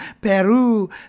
Peru